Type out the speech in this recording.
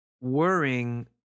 worrying